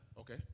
Okay